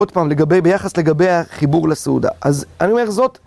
עוד פעם, לגבי, ביחס לגבי החיבור לסעודה, אז אני אומר זאת.